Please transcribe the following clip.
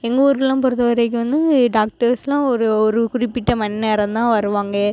எங்கள் ஊர்லாம் பொறுத்த வரைக்கும் வந்து டாக்டர்ஸ்லாம் ஒரு ஒரு குறிப்பிட்ட மணி நேரம் தான் வருவாங்க